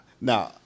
now